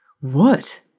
What